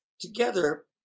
together